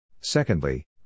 Secondly